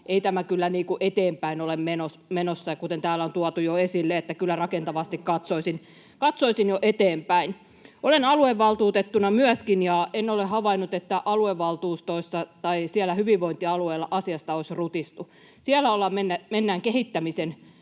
ei tämä kyllä eteenpäin ole menossa. Ja kuten täällä on tuotu jo esille, kyllä rakentavasti katsoisin jo eteenpäin. Olen aluevaltuutettuna myöskin ja en ole havainnut, että aluevaltuustoissa tai siellä hyvinvointialueilla asiasta olisi rutistu. Siellä mennään kehittämisen